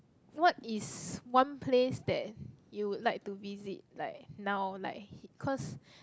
what is one place that you would like to visit like now like h~ cause